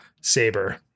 saber